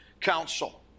council